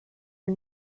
are